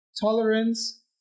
tolerance